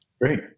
Great